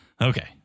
Okay